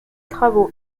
travaux